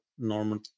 Normal